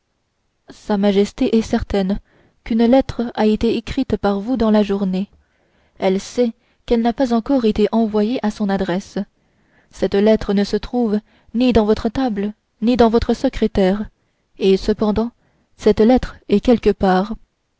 sa majesté est certaine qu'une lettre a été écrite par vous dans la journée elle sait qu'elle n'a pas encore été envoyée à son adresse cette lettre ne se trouve ni dans votre table ni dans votre secrétaire et cependant cette lettre est quelque part